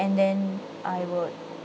and then I would